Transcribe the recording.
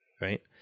right